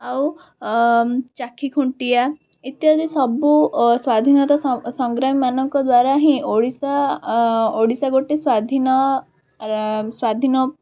ଆଉ ଅ ଚାଖି ଖୁଣ୍ଟିଆ ଇତ୍ୟାଦି ସବୁ ଅ ସ୍ଵାଧୀନତା ସଂଗ୍ରାମୀ ମାନଙ୍କ ଦ୍ଵାରା ହିଁ ଓଡ଼ିଶା ଅ ଓଡ଼ିଶା ଗୋଟେ ସ୍ଵାଧୀନ ରା ସ୍ଵାଧୀନ